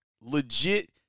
legit